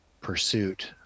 pursuit